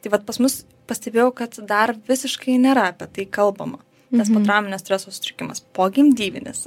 tai vat pas mus pastebėjau kad dar visiškai nėra apie tai kalbama tas potrauminio streso sutrikimas pogimdyvinis